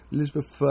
Elizabeth